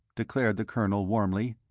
declared the colonel, warmly.